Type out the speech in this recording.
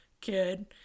kid